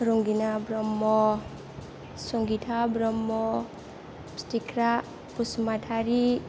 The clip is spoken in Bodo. रंगिना ब्रह्म संगिता ब्रह्म फिथिख्रा बसुमातारि